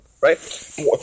right